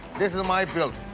this is my build.